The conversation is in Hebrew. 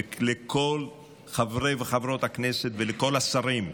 ולכל חברי וחברות הכנסת ולכל השרים: